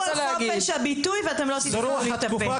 על חופש הביטוי ואתם לא תסתמו לי את הפה,